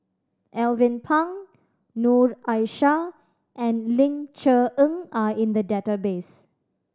Alvin Pang Noor Aishah and Ling Cher Eng are in the database